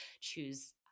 choose